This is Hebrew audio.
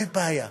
אין בעיה.